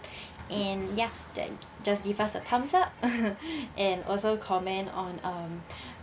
and yeah then just give us a thumbs up and also comment on um